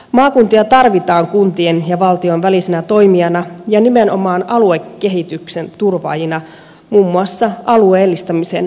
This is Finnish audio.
maakuntia tarvitaan kuntien ja valtion välisenä toimijana ja nimenomaan aluekehityksen turvaajina muun muassa alueellistamisen myötä